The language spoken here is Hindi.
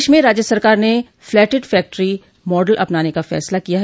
प्रदेश में राज्य सरकार ने फ्लैटिड फैक्टरी मॉडल अपनाने का फैसला किया है